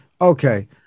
Okay